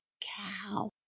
cow